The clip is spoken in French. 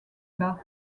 bas